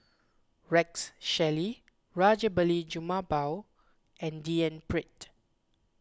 Rex Shelley Rajabali Jumabhoy and D N Pritt